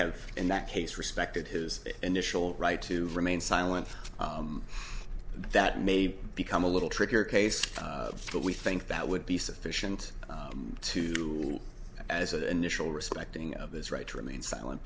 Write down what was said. have in that case respected his initial right to remain silent that may become a little trickier case but we think that would be sufficient to as an initial respecting of his right to remain